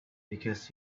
because